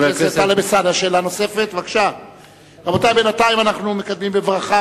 לא שולמה לשוטרים ולסוהרים, בניגוד להחלטת הממשלה